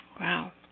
Wow